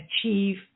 achieve